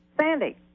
Sandy